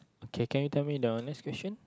okay can you tell me the next question